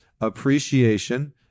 Appreciation